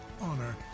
honor